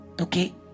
Okay